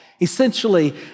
essentially